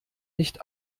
nicht